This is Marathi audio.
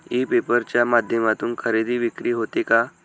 ई पेपर च्या माध्यमातून खरेदी विक्री होते का?